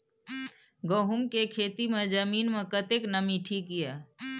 गहूम के खेती मे जमीन मे कतेक नमी ठीक ये?